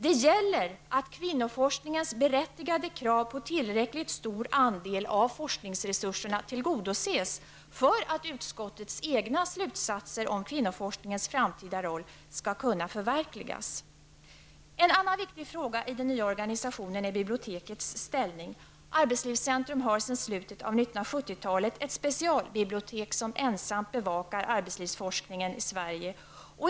Det gäller att kvinnoforskningens berättigade krav på tillräckligt stor andel av forskningsresurserna tillgodoses för att utskottets egna slutsatser om kvinnoforskningens framtida roll skall kunna förverkligas. En annan viktig fråga i den nya organisationen är bibliotekets ställning. Arbetslivscentrum har sedan slutet av 1970-talet ett specialbibliotek som ensamt bevakar arbetslivsforskningen i Sverige.